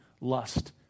lust